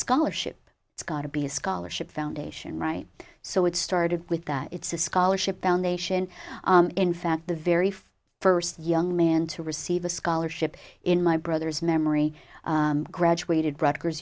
scholarship it's got to be a scholarship foundation right so it started with that it's a scholarship foundation in fact the very first young man to receive a scholarship in my brother's memory graduated r